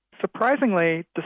Surprisingly